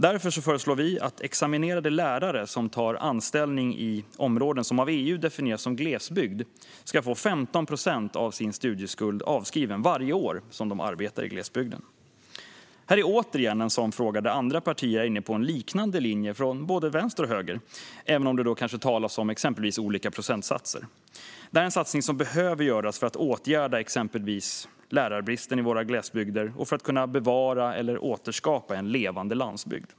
Därför föreslår vi att examinerade lärare som tar anställning i områden som av EU definieras som glesbygd ska få 15 procent av sin studieskuld avskriven varje år som de arbetar i glesbygden. Här är återigen en sådan fråga där andra partier från både vänster och höger är inne på en liknande linje, även om det talas om exempelvis olika procentsatser. Det här är en satsning som behöver göras för att åtgärda exempelvis lärarbristen i våra glesbygder och för att kunna bevara eller återskapa en levande landsbygd.